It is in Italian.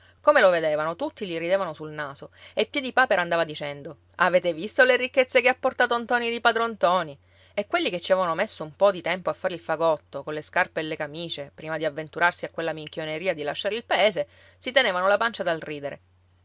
come lo vedevano tutti gli ridevano sul naso e piedipapera andava dicendo avete visto le ricchezze che ha portato ntoni di padron ntoni e quelli che ci avevano messo un po di tempo a fare il fagotto colle scarpe e le camicie prima di avventurarsi a quella minchioneria di lasciare il paese si tenevano la pancia dal ridere